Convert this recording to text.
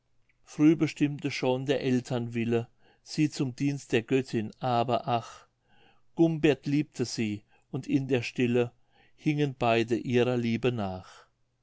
früh bestimmte schon der aeltern wille sie zum dienst der göttin aber ach gumbert liebte sie und in der stille hingen beide ihrer liebe nach